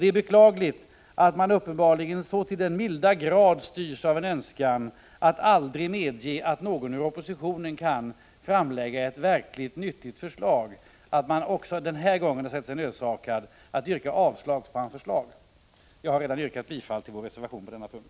Det är beklagligt att man uppenbarligen så till den milda grad styrs av en önskan att aldrig medge att någon ur oppositionen kan framlägga ett verkligt nyttigt förslag att man också den här gången har sett sig nödsakad att yrka avslag på motionärens förslag. — Jag har redan yrkat bifall till vår reservation på denna punkt.